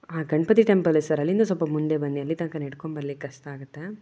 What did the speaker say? ಹಾಂ ಗಣಪತಿ ಟೆಂಪಲೇ ಸರ್ ಅಲ್ಲಿಂದ ಸ್ವಲ್ಪ ಮುಂದೆ ಬನ್ನಿ ಅಲ್ಲಿ ತನಕ ನಡ್ಕೊಂಡು ಬರ್ಲಿಕ್ಕೆ ಕಷ್ಟ ಆಗುತ್ತೆ